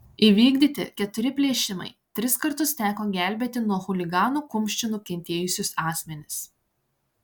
įvykdyti keturi plėšimai tris kartus teko gelbėti nuo chuliganų kumščių nukentėjusius asmenis